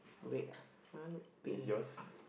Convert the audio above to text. red ah my one pink eh